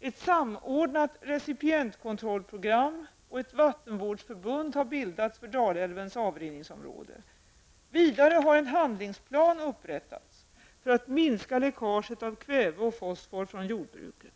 Ett samordnat recipientkontrollprogram och ett vattenvårdsförbund har bildats för Dalälvens avrinningsområde. Vidare har en handlingsplan upprättats för att minska läckaget av kväve och fosfor från jordbruket.